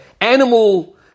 animal